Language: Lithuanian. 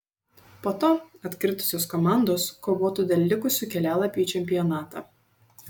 po to atkritusios komandos kovotų dėl likusių kelialapių į čempionatą